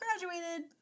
graduated